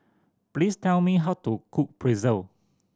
please tell me how to cook Pretzel